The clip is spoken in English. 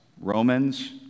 Romans